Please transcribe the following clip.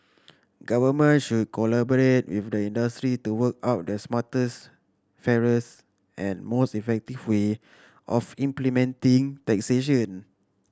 governments should collaborate with the industry to work out the smartest fairest and most effective way of implementing taxation